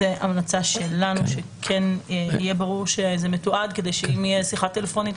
זאת המלצה שלנו שכן יהיה ברור שזה מתועד כדי שאם תהיה שיחה טלפונית,